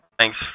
thanks